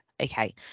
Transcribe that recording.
Okay